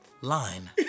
Line